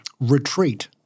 Retreat